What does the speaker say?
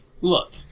Look